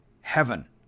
heaven